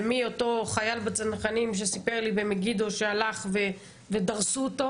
זה מאותו חייל בצנחנים שסיפר לי במגידו שהלך ודרסו אותו,